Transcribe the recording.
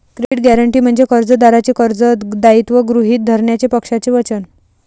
credit guarantee म्हणजे कर्जदाराचे कर्ज दायित्व गृहीत धरण्याचे पक्षाचे वचन